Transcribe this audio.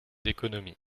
économies